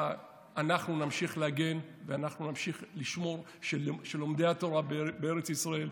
אנחנו נמשיך להגן ואנחנו נמשיך לשמור שלומדי התורה בארץ ישראל,